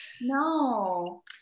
No